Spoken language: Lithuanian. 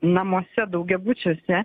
namuose daugiabučiuose